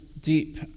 deep